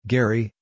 Gary